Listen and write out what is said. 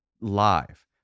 live